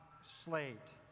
slate